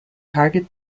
target